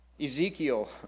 Ezekiel